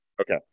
Okay